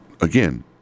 Again